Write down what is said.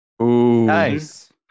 nice